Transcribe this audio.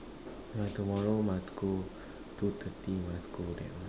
yeah tomorrow must go two thirty must go that one